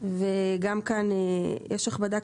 וגם כאן יש הכבדה,